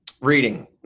Reading